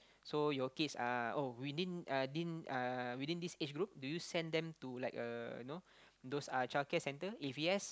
so your kids are oh within uh this uh within this age group do you send them to like a you know those uh childcare center if yes